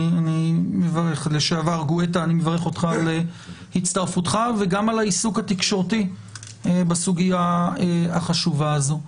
אני מברך אותך על הצטרפותך וגם על העיסוק התקשורתי בסוגיה החשובה הזו.